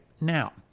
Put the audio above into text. now